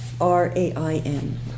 R-A-I-N